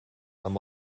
amb